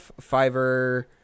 Fiverr